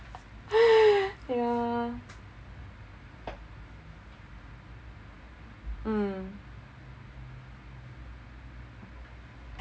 yeah